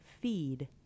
feed